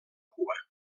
cua